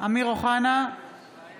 אינו